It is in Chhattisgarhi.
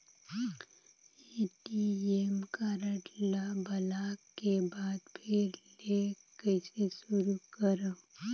ए.टी.एम कारड ल ब्लाक के बाद फिर ले कइसे शुरू करव?